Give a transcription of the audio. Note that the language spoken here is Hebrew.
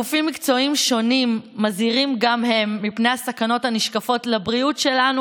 גופים מקצועיים שונים מזהירים גם הם מפני הסכנות הנשקפות לבריאות שלנו,